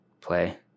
play